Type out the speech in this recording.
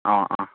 ꯑꯥ ꯑꯥ